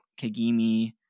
Kagimi